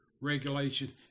regulation